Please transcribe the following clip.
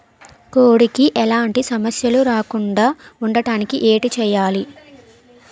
కోడి కి ఎలాంటి సమస్యలు రాకుండ ఉండడానికి ఏంటి చెయాలి?